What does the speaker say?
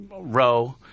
row